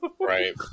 Right